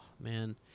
man